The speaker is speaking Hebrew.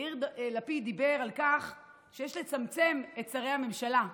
יאיר לפיד דיבר על כך שיש לצמצם את שרי הממשלה,